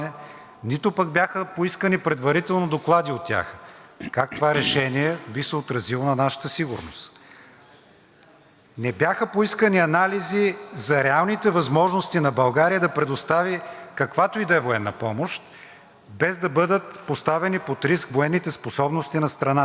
Не бяха поискани анализи за реалните възможности на България да предостави каквато и да е военна помощ, без да бъдат поставени под риск военните способности на страната ни. Нито пък какви биха били резултатите за самата Украйна, ако такава, каквато и да е помощ бъде предоставена.